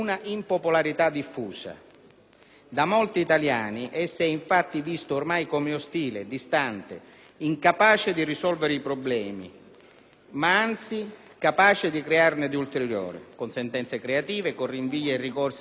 Da molti italiani essa è infatti vista ormai come ostile, distante, incapace di risolvere i problemi, anzi capace di crearne di ulteriori, con sentenze creative, con rinvii e ricorsi che allungano i processi all'inverosimile,